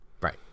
Right